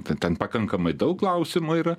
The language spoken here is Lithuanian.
ten pakankamai daug klausimų yra